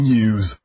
News